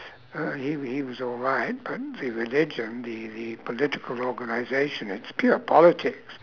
uh he he was alright but the religion the the political organisation it's pure politics